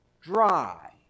dry